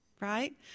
right